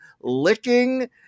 licking